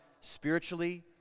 spiritually